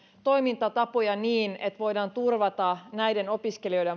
toimintatapoja niin että voidaan turvata näiden opiskelijoiden